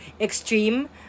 extreme